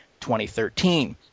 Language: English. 2013